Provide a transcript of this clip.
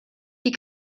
die